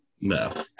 No